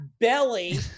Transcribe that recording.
belly